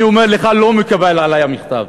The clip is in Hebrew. אני אומר לך, לא מקובל עלי המכתב.